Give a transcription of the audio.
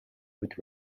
with